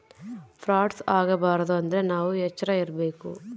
frauds ಆಗಬಾರದು ಅಂದ್ರೆ ನಾವ್ ಎಚ್ರ ಇರ್ಬೇಕು